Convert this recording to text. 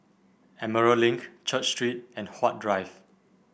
Emerald Link Church Street and Huat Drive